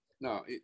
No